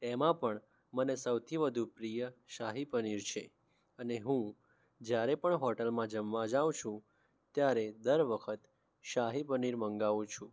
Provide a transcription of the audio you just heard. એમાં પણ મને સૌથી વધુ પ્રિય શાહી પનીર છે અને હું જ્યારે પણ હોટલમાં જમવા જાઉં છું ત્યારે દર વખત શાહી પનીર મંગાવુ છું